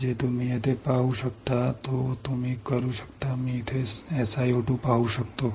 जे तुम्ही इथे पाहू शकता ते तुम्ही पाहू शकता मी इथे SiO2 पाहू शकतो